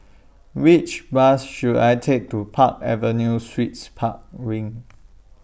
Which Bus should I Take to Park Avenue Suites Park Wing